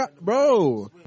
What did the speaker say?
bro